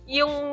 yung